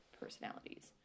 personalities